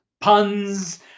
puns